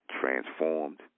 transformed